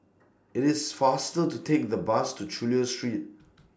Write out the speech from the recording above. IT IS faster to Take The Bus to Chulia Street